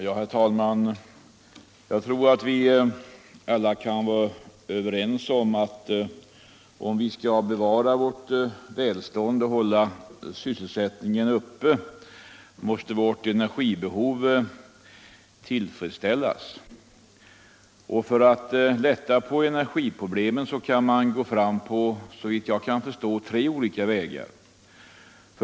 Herr talman! Jag tror att vi alla kan vara överens om att om vi skall bevara vårt välstånd och hålla sysselsättningen uppe, måste vårt energibehov tillfredsställas. För att lätta på energiproblemet kan man gå fram på tre olika vägar.